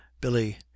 Billy